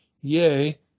yea